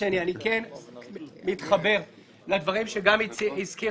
אני כן מתחבר לדברים שהזכיר